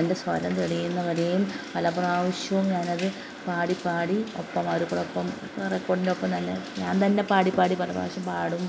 എൻ്റെ സ്വരം വെളിയിൽ നിന്നുവരേയും പലപ്രാവശ്യവും ഞാനത് പാടിപ്പാടി ഒപ്പം അവരുടെ ഒപ്പം റെക്കോഡിൻ്റെ ഒപ്പം തന്നെ ഞാൻ തന്നെ പാടിപ്പാടി പലപ്രാവശ്യം പാടും